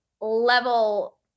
level